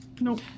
Nope